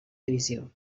divisió